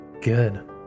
Good